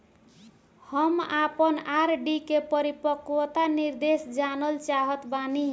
हम आपन आर.डी के परिपक्वता निर्देश जानल चाहत बानी